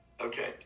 Okay